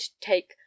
take